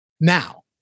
Now